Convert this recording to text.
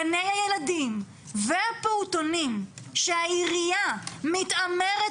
גני הילדים והפעוטונים שהעירייה מתעמרת